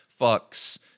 fucks